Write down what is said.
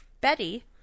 Betty